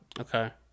Okay